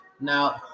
Now